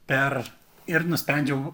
per ir nusprendžiau